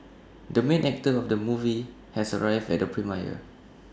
the main actor of the movie has arrived at the premiere